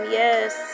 yes